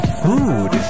food